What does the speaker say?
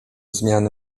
zmiany